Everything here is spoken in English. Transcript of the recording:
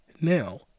Now